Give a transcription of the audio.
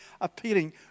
appealing